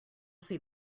see